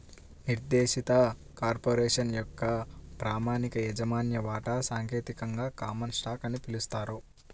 నిర్దేశిత కార్పొరేషన్ యొక్క ప్రామాణిక యాజమాన్య వాటా సాంకేతికంగా కామన్ స్టాక్ అని పిలుస్తారు